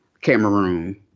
Cameroon